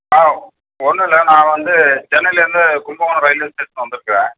ஆ ஒன்றும் இல்லை நான் வந்து சென்னையிலேருந்து கும்பகோணம் ரயில்வே ஸ்டேஷன் வந்திருக்கேன்